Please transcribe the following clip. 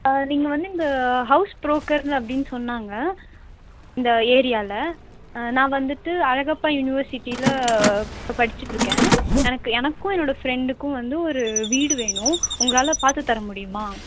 நீங்கள் வந்து இந்த ஹவுஸ் பு்ரோக்கர் அப்படின்னு சொன்னாங்க இந்த ஏரியாவில் நான் வந்துட்டு அழகப்பா யூனிவர்சிட்டியில் இப்போ படிச்சுட்ருக்கேன் எனக்கு எனக்கும் என்னோடய ஃப்ரெண்டுக்கும் வந்து ஒரு வீடு வேணும் உங்களால் பார்த்து தர முடியுமா